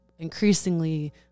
increasingly